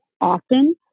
often